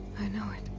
i know it.